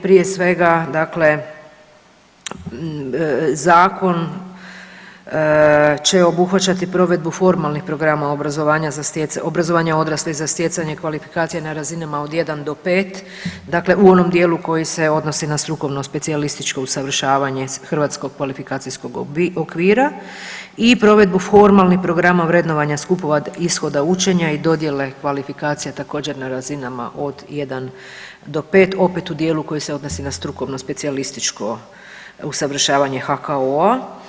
Prije svega dakle zakon će obuhvaćati provedbu formalnih programa obrazovanja za, obrazovanja odraslih za stjecanje kvalifikacije na razinama od 1 do 5, dakle u onom dijelu koji se odnosi na strukovno specijalističko usavršavanje hrvatskog kvalifikacijskog okvira i provedbu formalnih programa vrednovanja skupova ishoda učenja i dodjele kvalifikacije također na razinama od 1 do 5 opet u dijelu koji se odnosi na strukovno specijalističko usavršavanje HKO-a.